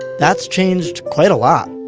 that's changed quite a lot